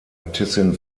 äbtissin